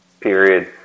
Period